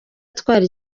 atwara